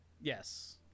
Yes